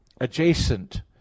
adjacent